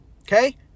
Okay